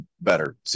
better